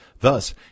Thus